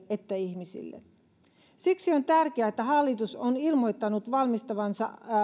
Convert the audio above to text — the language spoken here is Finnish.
että ihmisiin siksi on tärkeää että hallitus on ilmoittanut valmistautuvansa